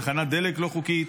תחנת דלק לא חוקית,